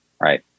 Right